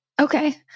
Okay